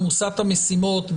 עמוסת המשימות,